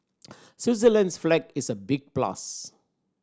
Switzerland's flag is a big plus